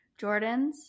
Jordans